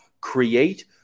create